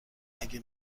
نگی